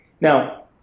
Now